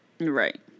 Right